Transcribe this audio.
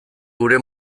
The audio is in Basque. gure